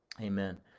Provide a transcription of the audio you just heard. amen